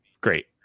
great